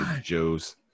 Joes